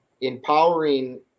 empowering